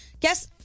guess